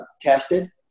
tested